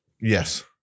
Yes